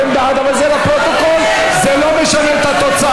אתם בעד, אבל זה לפרוטוקול, זה לא משנה את התוצאה.